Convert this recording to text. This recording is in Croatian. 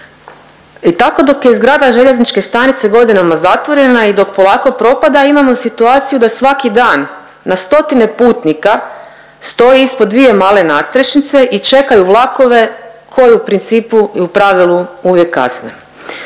I tako dok je zgrada željezničke stanice godinama zatvorena i dok polako propada imamo situaciju da svaki dan na stotine putnika stoji ispod dvije male nadstrešnice i čekaju vlakove koji u principu i u pravilu uvijek kasne.